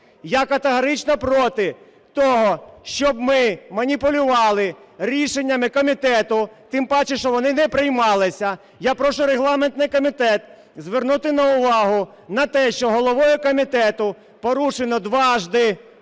Я категорично проти того, щоб ми маніпулювали рішеннями комітету, тим паче, що вони не приймалися. Я прошу регламентний комітет звернути увагу на те, що головою комітету порушено дважды,